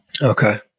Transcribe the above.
okay